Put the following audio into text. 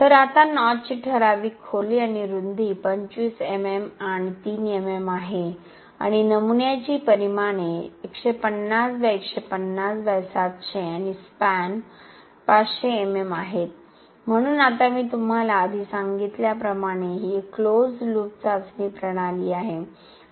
तर आता नॉचची ठराविक खोली आणि रुंदी 25 MM आणि 3 MM आहे आणि नमुन्याची परिमाणे 150 x 150 x 700 आणि स्पॅन 500 MM आहेत म्हणून आता मी तुम्हाला आधी सांगितल्याप्रमाणे ही एक क्लोज लूप चाचणी प्रणाली आहे